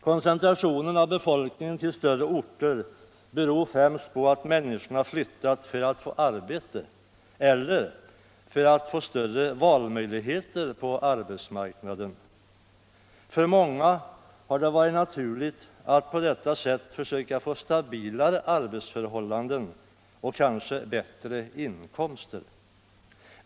Koncentrationen av befolkningen till större orter beror främst på att människorna har flyttat för att få arbete eller för att få större valmöjligheter på arbetsmarknaden. För många har det varit naturligt att på detta sätt försöka få stabilare arbetsförhållanden och kanske bättre inkomster.